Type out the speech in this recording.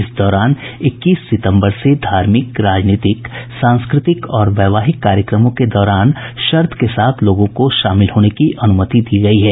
इस दौरान इक्कीस सितम्बर से धार्मिक राजनीतिक सांस्कृतिक और वैवाहिक कार्यक्रमों के दौरान शर्त के साथ लोगों को शामिल होने की अनुमति दी गयी है